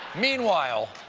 meanwhile,